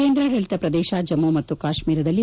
ಕೇಂದ್ರಾಡಳಿತ ಪ್ರದೇಶ ಜಮ್ನು ಮತ್ತು ಕಾಶ್ವೀರದಲ್ಲಿ